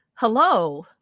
Hello